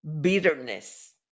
bitterness